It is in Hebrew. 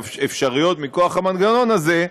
שאפשריות מכוח המנגנון הזה,